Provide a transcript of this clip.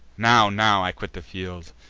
now, now, i quit the field!